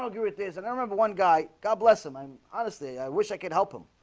so get this and i remember one guy god bless him i'm honestly. i wish i could help him